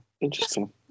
interesting